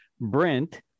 Brent